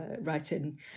writing